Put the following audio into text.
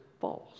false